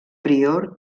prior